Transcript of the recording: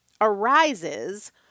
arises